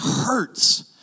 hurts